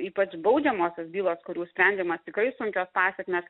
ypač baudžiamosios bylos kur jau sprendžiamos tikrai sunkios pasekmės